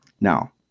Now